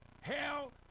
hell